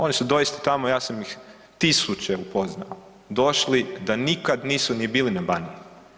Oni su doista tamo ja sam ih tisuće upoznao, došli da nikad nisu ni bili na Baniji.